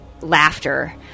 laughter